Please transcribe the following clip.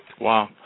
Wow